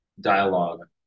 dialogue